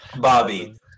bobby